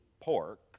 pork